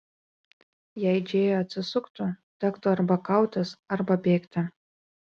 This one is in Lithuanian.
jei džėja atsisuktų tektų arba kautis arba bėgti